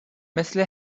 مثل